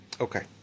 Okay